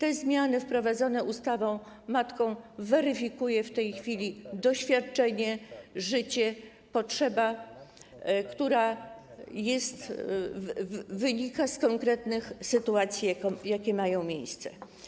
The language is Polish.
I te zmiany wprowadzone ustawą matką weryfikuje w tej chwili doświadczenie, życie, potrzeba, która wynika z konkretnych sytuacji, jakie mają miejsce.